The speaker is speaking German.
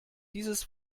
dieses